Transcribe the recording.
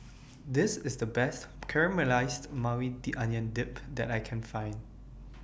This IS The Best Caramelized Maui Onion Dip that I Can Find